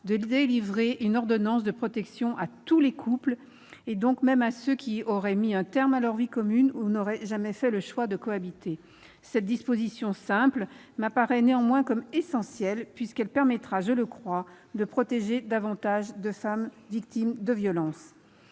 de délivrer une ordonnance de protection à tous les couples, donc même à ceux qui auraient mis un terme à leur vie commune ou qui n'auraient jamais fait le choix de cohabiter. Cette disposition simple me paraît néanmoins essentielle, puisqu'elle permettra, je le crois, de protéger davantage de femmes victimes de violences.